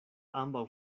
ambaŭ